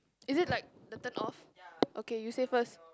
is it like the turn off okay you say first